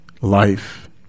life